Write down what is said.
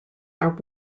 are